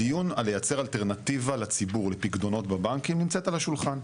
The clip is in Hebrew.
הדיון על לייצר אלטרנטיבה לציבור לפיקדונות בבנקים נמצאת על השולחן.